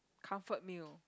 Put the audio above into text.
comfort meal